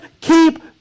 keep